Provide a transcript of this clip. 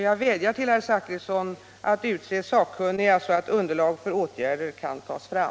Jag vädjar till herr Zachrisson att utse sakkunniga, så att underlag för åtgärder kan tas fram.